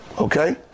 Okay